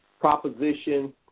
proposition